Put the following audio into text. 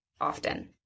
often